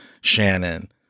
Shannon